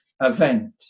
event